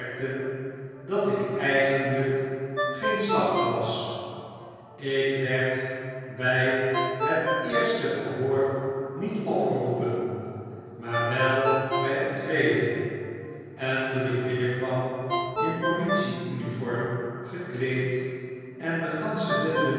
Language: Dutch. dat ik eigenlflk geen slachter was ik werd by het eerste verhoor niet opgeroepen maar wel by het tweede en toen ik binnenkwam in politie uniform gekleed en de gansche bende